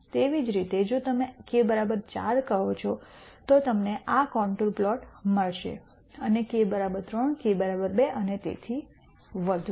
તેવી જ રીતે જો તમે k 4 કહો છો તો તમને આ કોન્ટૂર પ્લોટ મળશે અને k 3 k 2 અને તેથી વધુ